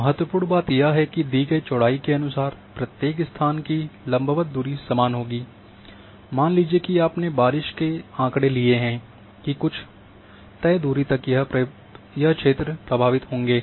महत्वपूर्ण बात यह है कि दी गई चौड़ाई के अनुसार प्रत्येक स्थान की लंबवत दूरी समान होगी मान लीजिए कि आपने बारिश के आंकड़े लिए हैं कि कुछ तय दूरी तक यह क्षेत्र प्रभावित होंगे